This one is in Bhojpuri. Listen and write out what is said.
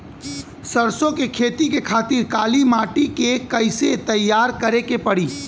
सरसो के खेती के खातिर काली माटी के कैसे तैयार करे के पड़ी?